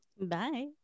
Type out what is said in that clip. Bye